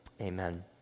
amen